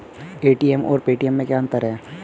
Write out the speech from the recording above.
ATM और Paytm में क्या अंतर है?